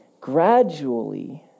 Gradually